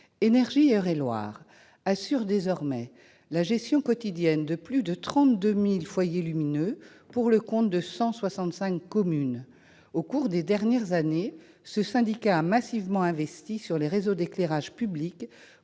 ENERGIE Eure-et-Loir assure désormais la gestion quotidienne de plus de 32 000 foyers lumineux pour le compte de 165 communes. Au cours des dernières années, ce syndicat a massivement investi sur les réseaux d'éclairage public,